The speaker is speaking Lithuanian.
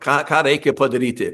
ką ką reikia padaryti